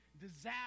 disaster